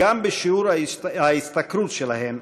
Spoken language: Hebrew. גם בשיעור ההשתכרות שלהן,